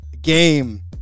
game